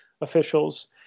officials